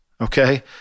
okay